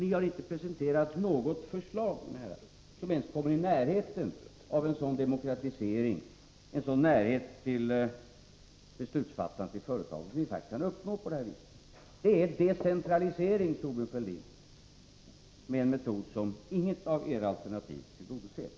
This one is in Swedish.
Ni har inte presenterat något förslag, mina herrar, som kommer ens i närheten av den demokratisering, den närhet till beslutsfattandet i företagen, som vi faktiskt kan uppnå på det här viset. Det är en metod för decentralisering, Thorbjörn Fälldin, ett syfte som inget av era alternativ tillgodoser.